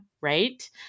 Right